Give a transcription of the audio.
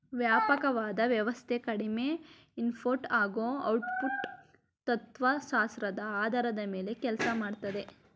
ವ್ಯಾಪಕವಾದ ವ್ಯವಸ್ಥೆ ಕಡಿಮೆ ಇನ್ಪುಟ್ ಹಾಗೂ ಔಟ್ಪುಟ್ ತತ್ವಶಾಸ್ತ್ರದ ಆಧಾರದ ಮೇಲೆ ಕೆಲ್ಸ ಮಾಡ್ತದೆ